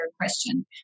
question